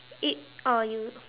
it oh you